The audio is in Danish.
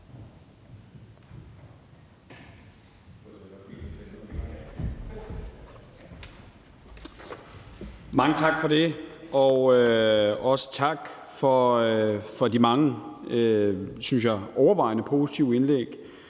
Mange tak for det. Og også tak for de mange, synes jeg, overvejende positive indlæg.